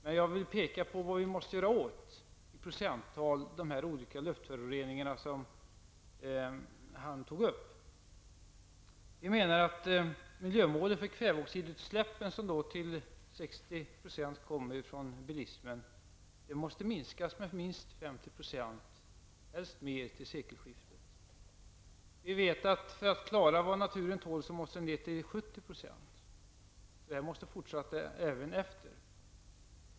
Men jag vill i procenttal peka på vad vi måste göra åt de olika luftföroreningar som han tog upp. Vi menar att miljömålet för kväveoxidutsläppen, som till 60 % kommer från bilismen, måste minskas med minst 50 % och helst mer till sekelskiftet. För att klara vad naturen tål måste utsläppen ner till 70 %, så det här måste fortsätta.